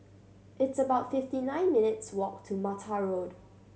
it's about fifty nine minutes' walk to Mattar Road